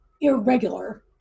irregular